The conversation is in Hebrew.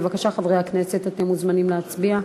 בבקשה, חברי הכנסת, אתם מוזמנים להצביע.